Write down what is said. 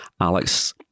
Alex